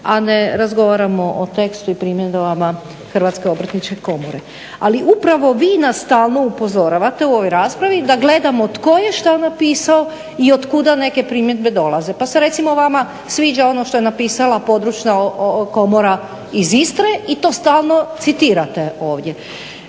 a ne razgovaramo o tekstu i primjedbama Hrvatske obrtničke komore. Ali upravo vi nas stalno upozoravate u ovoj raspravi da gledamo tko je šta napisao i od kuda neke primjedbe dolaze, pa se recimo vama sviđa ono što je napisala područna Komora iz Istre i to stalno citirate ovdje.